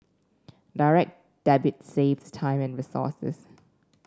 Direct Debit saves time and resources